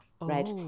right